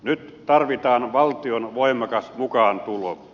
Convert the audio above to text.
nyt tarvitaan valtion voimakas mukaantulo